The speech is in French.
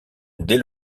dès